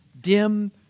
dim